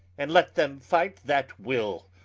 and let them fight that will,